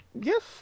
Yes